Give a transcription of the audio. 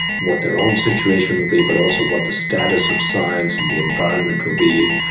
what their own situation will be but also what the status of science and the environment will be,